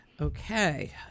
Okay